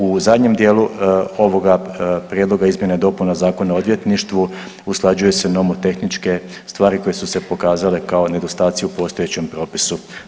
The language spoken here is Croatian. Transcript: U zadnjem dijelu ovoga prijedloga izmjena i dopuna Zakona o odvjetništvu usklađuje se nomotehničke stvari koje su se pokazale kao nedostaci u postojećem propisu.